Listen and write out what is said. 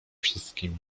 wszystkimi